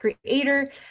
creator